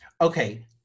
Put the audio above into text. okay